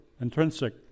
intrinsic